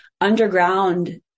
underground